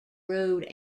road